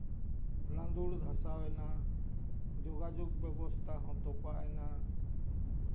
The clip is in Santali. ᱞᱟᱸᱫᱩᱲ ᱫᱷᱟᱥᱟᱣ ᱮᱱᱟ ᱡᱳᱜᱟᱡᱳᱜᱽ ᱵᱮᱵᱚᱥᱛᱷᱟ ᱦᱚᱸ ᱛᱚᱯᱟᱜ ᱮᱱᱟ